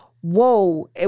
whoa